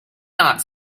not